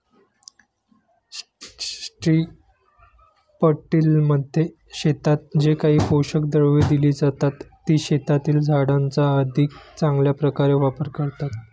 स्ट्रिपटिलमध्ये शेतात जे काही पोषक द्रव्ये दिली जातात, ती शेतातील झाडांचा अधिक चांगल्या प्रकारे वापर करतात